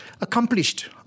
accomplished